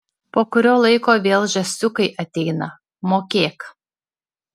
po kurio laiko vėl žąsiukai ateina mokėk